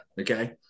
Okay